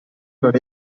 non